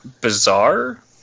bizarre